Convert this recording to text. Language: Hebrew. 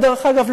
דרך אגב,